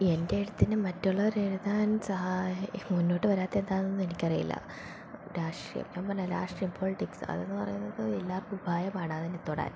എൻ്റെ എഴുത്തിനെ മറ്റുള്ളവർ എഴുതാൻ സഹായം മുന്നോട്ട് വരാത്തത് എന്താന്നൊന്നും എനിക്ക് അറിയില്ല രാഷ്ട്രീയം പറഞ്ഞ രാഷ്ട്രീയം പോളിറ്റിക്സ് അതെന്ന് പറയുന്നത് എല്ലാവർക്കും ഉപായമാണ് അതിനെ തൊടാൻ